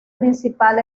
principal